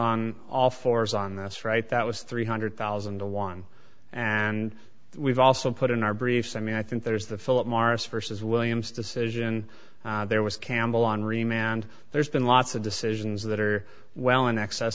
on all fours on this right that was three hundred thousand to one and we've also put in our briefs i mean i think there's the philip morris versus williams decision there was campbell henri mand there's been lots of decisions that are well in excess